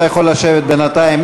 אתה יכול לשבת בינתיים.